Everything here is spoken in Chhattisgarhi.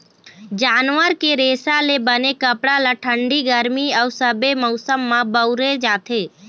जानवर के रेसा ले बने कपड़ा ल ठंडी, गरमी अउ सबे मउसम म बउरे जाथे